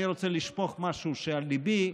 אני רוצה לשפוך משהו שעל ליבי,